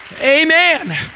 Amen